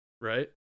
right